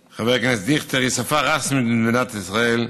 ובעיקר, מהצורך בהידברות וקיום דיאלוג וחיים משותפים בין דוברי העברית